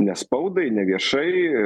ne spaudai ne viešai